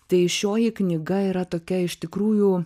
tai šioji knyga yra tokia iš tikrųjų